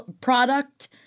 product